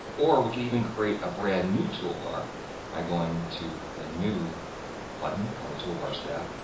or we could even create a brand new toolbar by going to the new button on the toolbars tab,